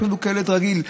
אפילו כילד רגיל,